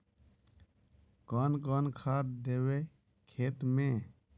कौन कौन खाद देवे खेत में?